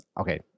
okay